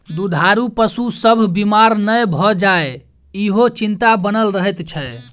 दूधारू पशु सभ बीमार नै भ जाय, ईहो चिंता बनल रहैत छै